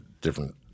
different